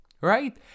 right